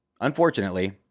unfortunately